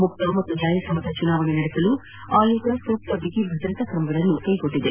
ಮುಕ್ತ ಮತ್ತು ನ್ಯಾಯಸಮ್ಮತ ಚುನಾವಣೆ ನಡೆಸಲು ಆಯೋಗ ಸೂಕ್ತ ಬಿಗಿಭದ್ರತಾ ಕ್ರಮಗಳನ್ನು ಕೈಗೊಂಡಿದೆ